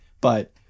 But-